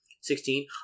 Sixteen